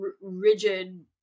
rigid